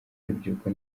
y’urubyiruko